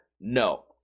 no